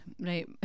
right